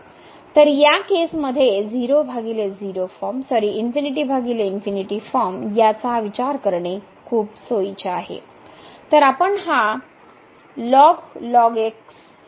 तर या केसमध्ये 00 फॉर्म सॉरी ∞∞ फॉर्म याचा विचार करणे खूप सोयीचे आहे